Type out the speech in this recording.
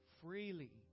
freely